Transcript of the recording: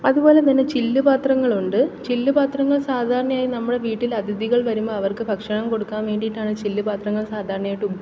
അതുപോലെതന്നെ ചില്ലുപാത്രങ്ങളുണ്ട് ചില്ലുപാത്രങ്ങൾ സാധാരണയായി നമ്മുടെ വീട്ടിൽ അതിഥികൾ വരുമ്പോള് അവർക്ക് ഭക്ഷണം കൊടുക്കാന് വേണ്ടിയിട്ടാണ് ചില്ലുപാത്രങ്ങൾ സാധാരണയായിട്ട്